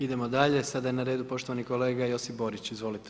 Idemo dalje, sada je na redu poštovani kolega Josip Borić, izvolite.